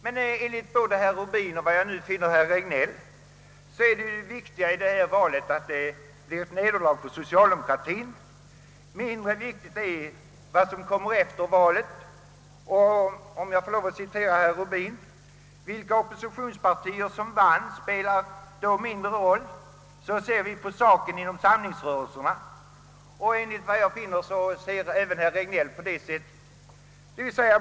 Men enligt herr Rubin och — efter vad jag nu finner — även herr Regnéll var ju det viktiga i valet att det blev ett nederlag för socialdemokratien; mindre viktigt är vad som kommer efter valet. Herr Rubin sade: »Vilka oppositionspartier som vann spelar då mindre roll — så ser vi på saken inom samlingsrörelserna.» Och enligt vad jag finner är detta även herr Regnélls me ning.